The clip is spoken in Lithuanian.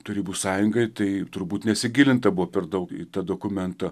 tarybų sąjungai tai turbūt nesigilinta buvo per daug į tą dokumentą